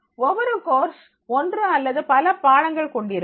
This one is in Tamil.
ஒவ்வொரு கோர்ஸ் ஒன்று அல்லது பல பாடங்கள் கொண்டிருக்கும்